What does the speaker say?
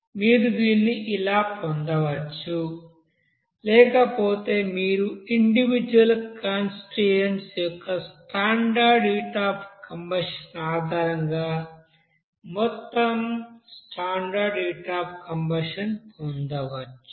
మీరు దీన్ని ఇలా పొందవచ్చు లేకపోతే మీరు ఇండివిజుల్ కాన్స్టిట్యూయెంట్స్ యొక్క స్టాండర్డ్ హీట్ అఫ్ కంబషన్ ఆధారంగా మొత్తం స్టాండర్డ్ హీట్ అఫ్ కంబషన్ పొందవచ్చు